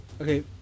okay